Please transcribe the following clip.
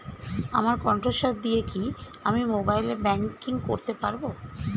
আমার কন্ঠস্বর দিয়ে কি আমি মোবাইলে ব্যাংকিং করতে পারবো?